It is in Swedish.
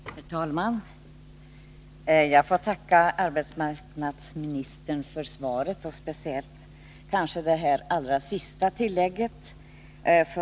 Herr talman! Jag får tacka arbetsmarknadsministern för svaret och speciellt för tillägget.